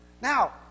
Now